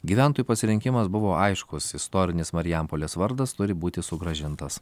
gyventojų pasirinkimas buvo aiškus istorinis marijampolės vardas turi būti sugrąžintas